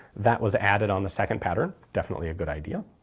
that was added on the second pattern definitely a good idea.